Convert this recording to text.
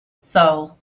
soul